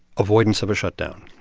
avoidance of a shutdown,